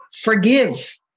forgive